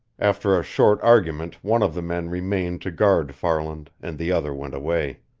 after a short argument one of the men remained to guard farland, and the other went away.